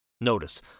Notice